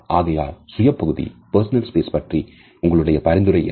ஆகையால் சுய பகுதி பற்றி உங்களுடைய பரிந்துரை என்ன